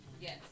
Yes